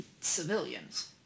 civilians